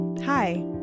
Hi